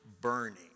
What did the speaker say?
burning